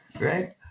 right